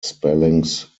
spellings